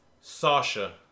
Sasha